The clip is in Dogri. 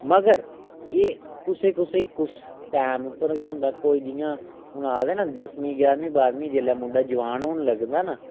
मगर एह् कुसैई कुसैई कुसै टैम उप्पर गै होंदा कोई जियां हून आखदे नां दसमी जाह्रमीं बाह्रमीं जेल्लै मुंडा जवान होन लगदा ना